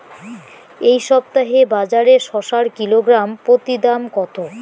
এই সপ্তাহে বাজারে শসার কিলোগ্রাম প্রতি দাম কত?